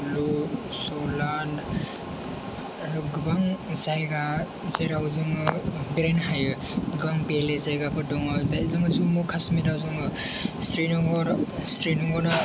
कुल्लु सलान आरो गोबां जायगा जेराव जोङो बेरायनो हायो गोबां बेलेग जायगाफोर दङ बेहाय जोङो जम्मु काश्मीराव जोङो श्रीनगर श्रीनगराव